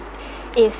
is